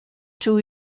two